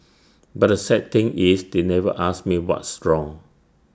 but the sad thing is they never asked me what's wrong